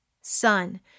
Son